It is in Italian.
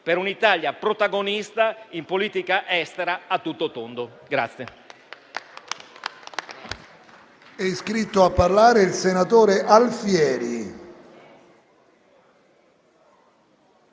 per un'Italia protagonista in politica estera a tutto tondo.